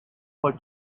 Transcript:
for